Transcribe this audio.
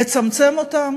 לצמצם אותם?